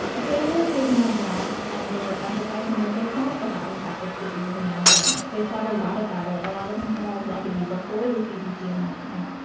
they were taking a um breath and they were emphasizing that they thought about infectious diseases in their environments. they thought a lot about it. a lot of them had already, before the cdc announcement,